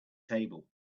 table